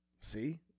See